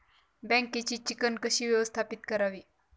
बँकेची चिकण कशी व्यवस्थापित करावी?